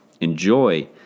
enjoy